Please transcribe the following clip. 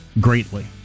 greatly